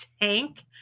tank